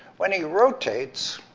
when he rotates,